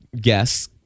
guess